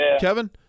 Kevin